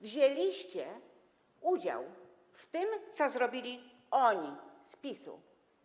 Wzięliście udział w tym, co zrobili oni, z PiS-u.